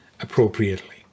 appropriately